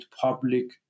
public